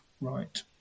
Right